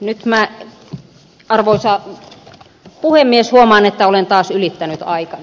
nyt minä arvoisa puhemies huomaan että olen taas ylittänyt aikani